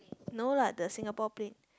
no lah the Singapore plane